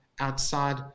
outside